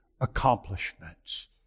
accomplishments